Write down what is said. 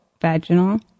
vaginal